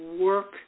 work